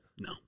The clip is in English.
No